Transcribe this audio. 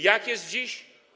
Jak jest dziś?